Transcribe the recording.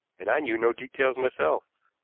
and i knew no details myself.